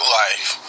life